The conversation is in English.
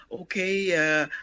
Okay